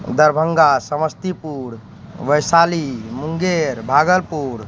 Darbhanga Samastipur Vaishali Munger Bhagalpur